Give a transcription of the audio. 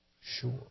sure